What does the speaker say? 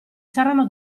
saranno